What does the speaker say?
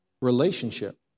relationship